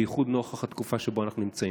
בייחוד נוכח התקופה שבה אנחנו נמצאים?